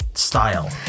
style